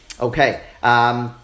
Okay